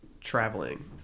traveling